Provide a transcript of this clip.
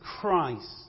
Christ